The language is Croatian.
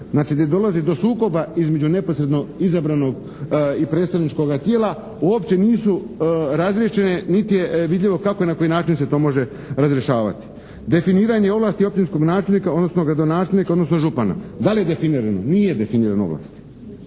znači gdje dolazi do sukoba između neposredno izabranog i predstavničkoga tijela uopće nisu razriješene niti je vidljivo kako i na koji način se to može razrješavati. Definiranje ovlasti općinskog načelnika, odnosno gradonačelnika, odnosno župana, da li je definirano? Nije definirano ovlasti.